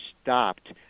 stopped